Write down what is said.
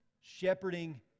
Shepherding